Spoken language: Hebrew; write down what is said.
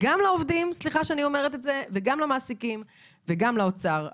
גם לעובדים וגם למעסיקים וגם לאוצר.